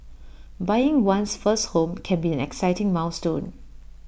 buying one's first home can be an exciting milestone